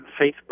Facebook